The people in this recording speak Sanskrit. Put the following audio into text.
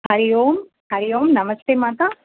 हरिः ओं हरिः ओं नमस्ते मातः